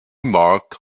marked